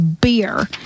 beer